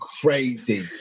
crazy